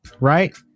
Right